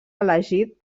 elegit